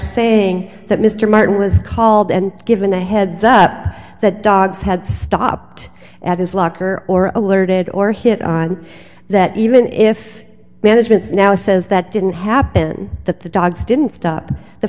saying that mr martin was called and given a heads up that dogs had stopped at his locker or alerted or hit on that even if management now says that didn't happen that the dogs didn't stop the